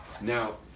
Now